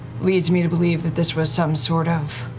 leads me to believe that this was some sort of